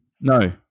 No